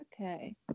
Okay